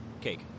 Cake